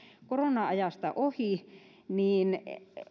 korona ajasta ohi niin